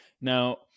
Now